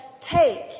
Take